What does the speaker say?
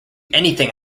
anything